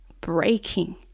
breaking